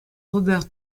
robert